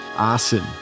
arson